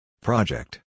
Project